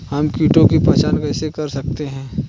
हम कीटों की पहचान कैसे कर सकते हैं?